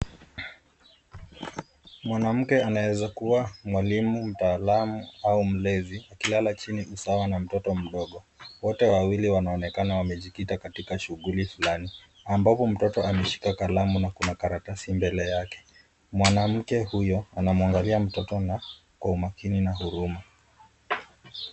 Mwanamke anaweza kuwa mwalimu, mtaalamu au mlezi akilala chini sawa na mtoto mdogo. Wote wawili wanaonekana wamejikita katika shughuli fulani ambapo mtoto ameshika kalamu na kuna karatasi mbele yake . Mwanamke huyo anamwamgalia mtoto na Kwa umaakini na huruma.